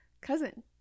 cousin